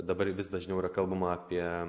dabar vis dažniau yra kalbama apie